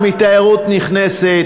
בתיירות הפנים,